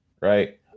right